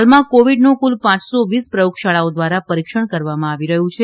હાલમાં કોવિડનું કુલ પાંચસો વીસ પ્રયોગશાળાઓ દ્વારા પરીક્ષણ કરવામાં આવી રહ્યું છે